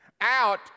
out